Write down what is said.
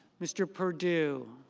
mr. purdue